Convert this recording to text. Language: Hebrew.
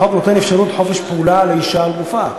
החוק נותן אפשרות לחופש פעולה לאישה על גופה.